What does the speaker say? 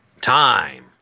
time